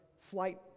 Flight